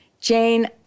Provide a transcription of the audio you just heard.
Jane